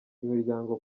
imiryango